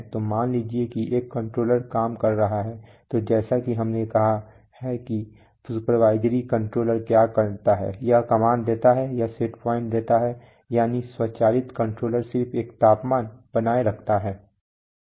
तो मान लीजिए कि एक कंट्रोलर काम कर रहा है तो जैसा कि हमने कहा है कि सुपरवाइजरी कंट्रोलर क्या करता है यह कमांड देता है यह सेट पॉइंट देता है यानी स्वचालित कंट्रोलर सिर्फ एक तापमान बनाए रखता है